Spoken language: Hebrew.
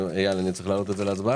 אייל, אני צריך להעלות את זה להצבעה?